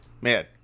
Man